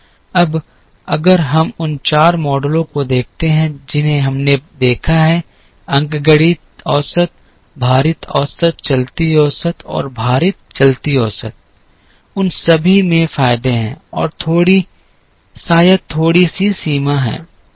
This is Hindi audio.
अब अगर हम उन चार मॉडलों को देखते हैं जिन्हें हमने देखा है अंकगणित औसत भारित औसत चलती औसत और भारित चलती औसत उन सभी में फायदे हैं और शायद थोड़ी सी सीमा है